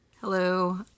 Hello